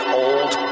old